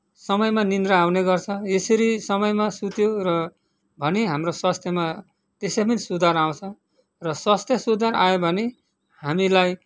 समयमा निन्द्रा आउने गर्छ यसरी समयमा सुत्यो र भने हाम्रो स्वास्थ्यमा त्यसै पनि सुधार आउँछ र स्वास्थ्य सुधार आयो भने हामीलाई